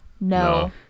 no